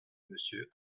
monsieur